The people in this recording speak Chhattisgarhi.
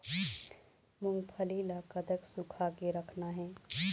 मूंगफली ला कतक सूखा के रखना हे?